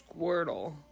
Squirtle